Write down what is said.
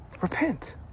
repent